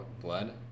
Blood